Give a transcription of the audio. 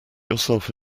yourself